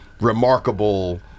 remarkable